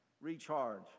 Recharge